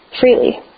Freely